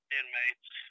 inmates